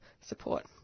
support